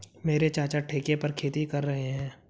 मेरे चाचा ठेके पर खेती कर रहे हैं